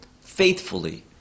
faithfully